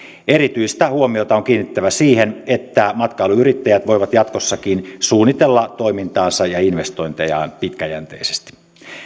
erityistä huomiota on kiinnitettävä siihen että matkailuyrittäjät voivat jatkossakin suunnitella toimintaansa ja investointejaan pitkäjänteisesti